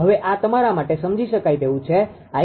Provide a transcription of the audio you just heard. હવે આ તમારા માટે સમજી શકાય તેવું છે 𝑖30